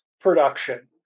production